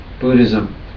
Buddhism